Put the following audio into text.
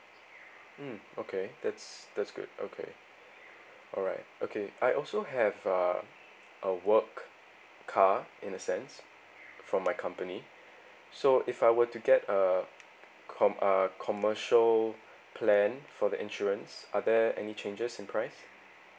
mm okay that's that's good okay alright okay I also have uh a work car in a sense from my company so if I were to get uh com~ uh commercial plan for the insurance are there any changes in price